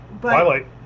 Twilight